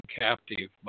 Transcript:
captive